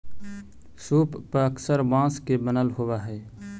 सूप पअक्सर बाँस के बनल होवऽ हई